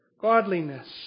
godliness